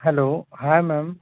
hello hi ma'am